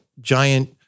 giant